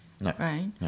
right